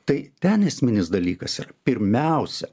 tai ten esminis dalykas yra pirmiausia